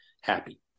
happy